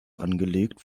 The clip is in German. angelegt